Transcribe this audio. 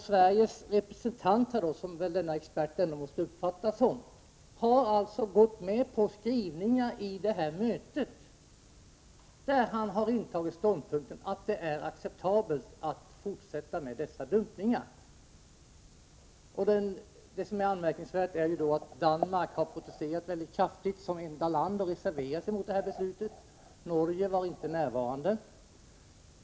Sveriges representant, som denne expert väl ändå måste uppfattas som, har alltså vid detta möte gått med på skrivningar som bygger på ståndpunkten att det är acceptabelt att fortsätta med dumpningarna. Det som är anmärkningsvärt är att Danmark som enda land har protesterat kraftigt och reserverat sig mot beslutet. Norge var inte representerat.